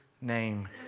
name